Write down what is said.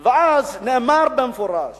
נאמר במפורש